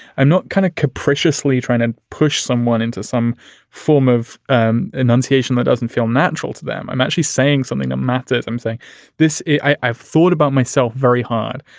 i'm not kind of capriciously trying to push someone into some form of um enunciation that doesn't feel natural to them. i'm actually saying something a matter. i'm saying this. i've thought about myself very hard.